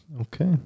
Okay